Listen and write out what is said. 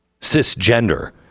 cisgender